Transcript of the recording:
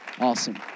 Awesome